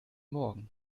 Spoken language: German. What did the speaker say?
morgen